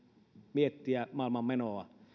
miettiä maailmanmenoa